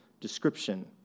description